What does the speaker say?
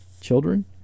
children